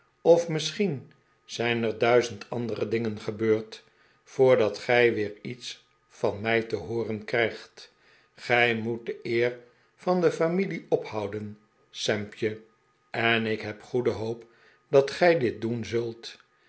of misschien zijn er duizend andere dingen gebeurd voordat gij weer iets van mij te hooren krijg t gij moet de eer van de familie ophouden sampje en ik heb goede hoop dat gij dit doen zult